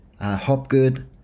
Hopgood